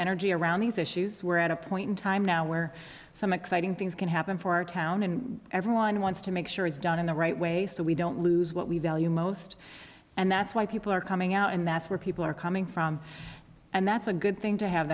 energy around these issues we're at a point in time now where some exciting things can happen for our town and everyone wants to make sure it's done in the right way so we don't lose what we value most and that's why people are coming out and that's where people are coming from and that's a good thing to have